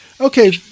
Okay